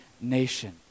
nation